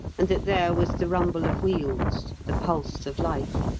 and that there was the rumble of wheels, the pulse of life,